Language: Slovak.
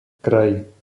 kraj